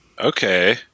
Okay